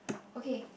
okay